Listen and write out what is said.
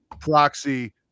Proxy